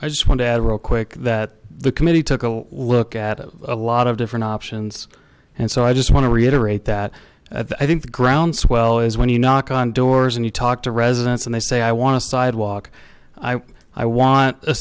i just want to add real quick that the committee took a look at a lot of different options and so i just want to reiterate that i think the groundswell is when you knock on doors and you talk to residents and they say i want to sidewalk i want a